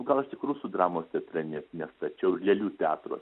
gal aš tik rusų dramos teatre ne nestačiau lėlių teatro